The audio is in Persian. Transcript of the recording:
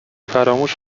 فراموش